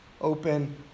open